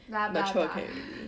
blah blah blah